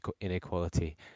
inequality